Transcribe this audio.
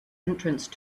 entrance